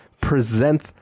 present